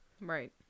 Right